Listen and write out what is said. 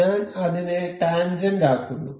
ഞാൻ അതിനെ ടാൻജെന്റ് ആക്കുന്നു